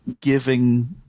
giving